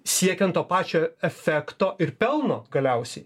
siekiant to pačio efekto ir pelno galiausiai